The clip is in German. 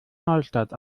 neustadt